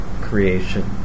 creation